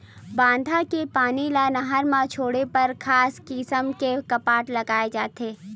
बांधा के पानी ल नहर म छोड़े बर खास किसम के कपाट लगाए जाथे